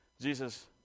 Jesus